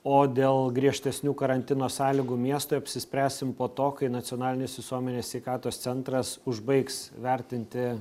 o dėl griežtesnių karantino sąlygų miestui apsispręsim po to kai nacionalinis visuomenės sveikatos centras užbaigs vertinti